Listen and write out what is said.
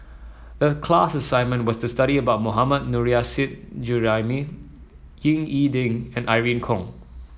the class assignment was to study about Mohammad Nurrasyid Juraimi Ying E Ding and Irene Khong